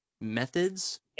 methods